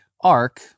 arc